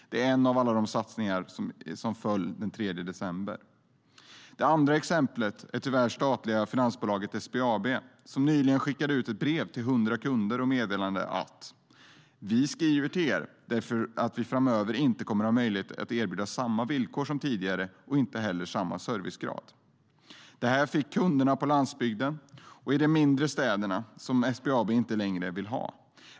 Det är en av alla de satsningar som föll den 3 december. Det andra exemplet är tyvärr det statliga finansbolaget SBAB, som nyligen skickade ut brev till 100 kunder och meddelade följande: "Vi skriver till er därför att vi framöver inte kommer att ha möjlighet att erbjuda er samma villkor som tidigare och inte heller samma servicegrad." Det här brevet fick de kunder på landsbygden och i mindre städer som SBAB inte längre vill ha.